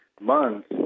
months